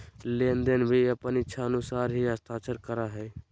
लेनदार भी अपन इच्छानुसार ही हस्ताक्षर करा हइ